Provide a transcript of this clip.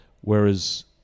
whereas